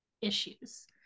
issues